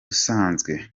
busanzwe